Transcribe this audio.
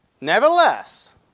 Nevertheless